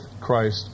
Christ